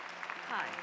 Hi